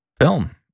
film